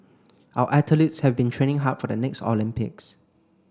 our athletes have been training hard for the next Olympics